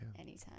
anytime